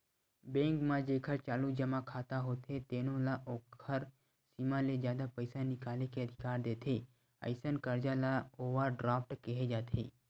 bank म जेखर चालू जमा खाता होथे तेनो ल ओखर सीमा ले जादा पइसा निकाले के अधिकार देथे, अइसन करजा ल ओवर ड्राफ्ट केहे जाथे